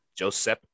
Josep